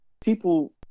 people